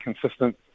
consistent